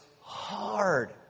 hard